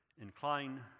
incline